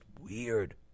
weird